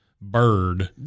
Bird